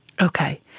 Okay